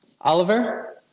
Oliver